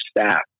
staff